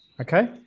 Okay